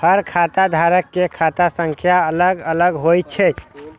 हर खाता धारक के खाता संख्या अलग अलग होइ छै